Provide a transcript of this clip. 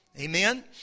Amen